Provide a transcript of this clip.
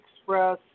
Express